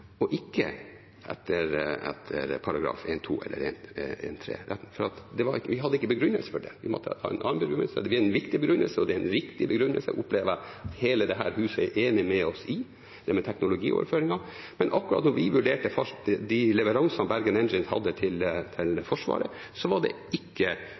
og ikke etter § 1-2 eller § 1-3, nettopp fordi vi ikke hadde noen begrunnelse for det. Vi måtte ha en annen begrunnelse. Og jeg opplever at det er en viktig og riktig begrunnelse som hele dette hus er enig med oss i, det med teknologioverføringen. Men akkurat da vi vurderte de leveransene Bergen Engines hadde til Forsvaret, var det ikke